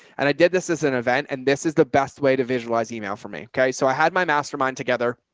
and i did this as an event and this is the best way to visualize email for me. okay. so i had my mastermind together.